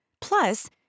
Plus